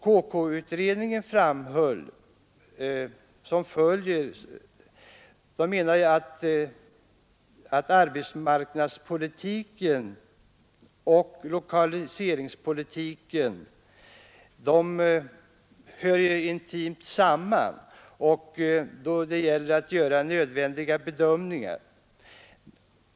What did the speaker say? KK-utredningen framhöll att arbetsmarknadspolitiken och lokaliseringspolitiken, även om de hör intimt samman, skiljer sig åt när det gäller det nödvändiga bedömningsunderlaget.